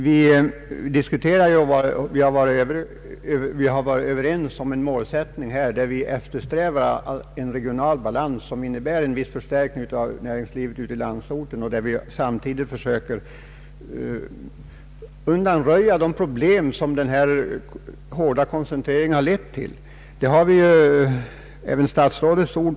Vi har varit överens om målsättningen, en regional balans, som innebär en viss förstärkning av näringslivet på landsorten; samtidigt försöker vi lösa de problem som den hårda koncentrationen lett till. Härpå har vi ju också statsrådets ord.